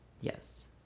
yes